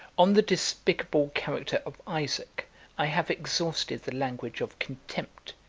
on the despicable character of isaac i have exhausted the language of contempt,